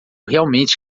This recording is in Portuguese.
realmente